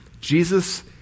Jesus